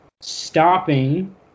stopping